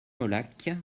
molac